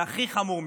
והכי חמור,